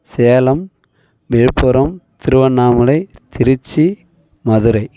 Salem Villupuram Tiruvannamalai Trichy Madurai